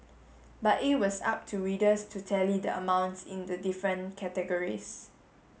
but it was up to readers to tally the amounts in the different categories